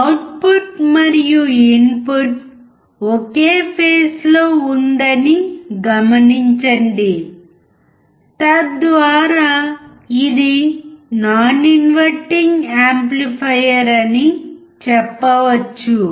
output మరియు input okay phase లో ఉందని గమనించండి తద్వారా ఇది నాన్ ఇన్వర్టింగ్ యాంప్లిఫైయర్ అని చెప్పవచ్చు